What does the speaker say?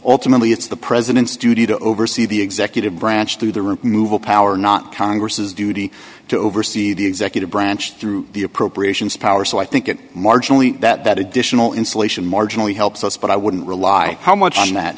alternately it's the president's duty to oversee the executive branch through the removal power not congress's duty to oversee the executive branch through the appropriations power so i think it marginally that additional insulation marginally helps us but i wouldn't rely how much on that